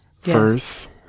first